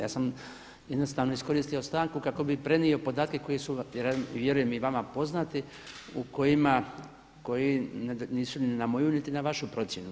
Ja sam jednostavno iskoristio stanku kako bih prenio podatke vjerujem i vama poznati, u kojima, koji nisu ni na moju, niti na vašu procjenu.